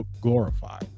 glorified